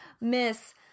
Miss